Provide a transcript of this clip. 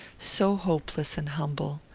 so hopeless and humble.